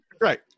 right